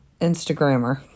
Instagrammer